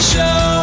Show